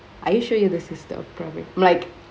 are you sure you the sister of pravin I'm like